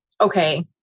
okay